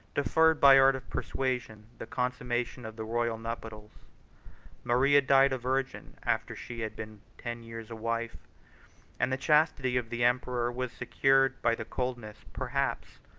deferred, by art of persuasion, the consummation of the royal nuptials maria died a virgin, after she had been ten years a wife and the chastity of the emperor was secured by the coldness, perhaps,